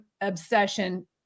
obsession